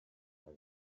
casa